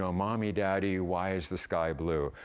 um mommy, daddy, why is the sky blue?